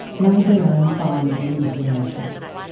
made their own binding regulations.